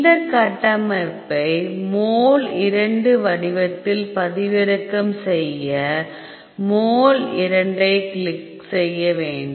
இந்த கட்டமைப்பை மோல் 2 வடிவத்தில் பதிவிறக்கம் செய்ய மோல் 2 ஐக் கிளிக் செய்ய வேண்டும்